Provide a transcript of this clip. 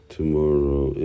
Tomorrow